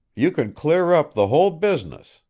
you can clear up the whole business,